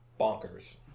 Bonkers